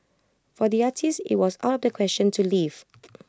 for the artist IT was out of the question to leave